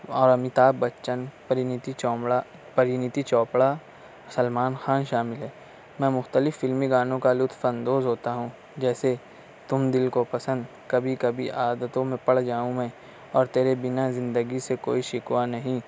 اور امیتابھ بچن پرینتی چوپڑا پرینتی چوپڑا سلمان خان شامل ہے میں مختلف فلمی گانوں کا لُطف اندوز ہوتا ہوں جیسے تم دِل کو پسند کبھی کبھی عادتوں میں پڑ جاؤں میں اور تیرے بنا زندگی سے کوئی شکوہ نہیں